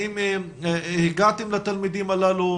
האם הגעתם לתלמידים הללו,